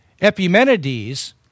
Epimenides